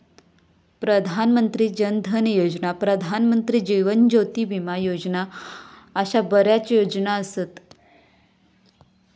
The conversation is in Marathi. प्रधान मंत्री जन धन योजना, प्रधानमंत्री जीवन ज्योती विमा योजना अशा बऱ्याच योजना असत